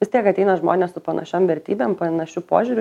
vis tiek ateina žmonės su panašiom vertybėm panašiu požiūriu